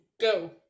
go